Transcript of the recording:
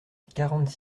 quarante